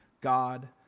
God